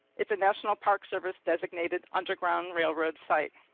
it's a national park service designated underground railroad site.